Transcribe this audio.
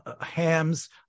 hams